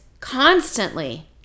constantly